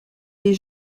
les